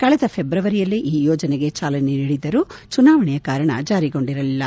ಕಳೆದ ಫೆಬ್ರವರಿಯಲ್ಲೇ ಈ ಯೋಜನೆಗೆ ಚಾಲನೆ ನೀಡಿದ್ದರೂ ಚುನಾವಣೆಯ ಕಾರಣ ಜಾರಿಗೊಂಡಿರಲಿಲ್ಲ